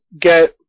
get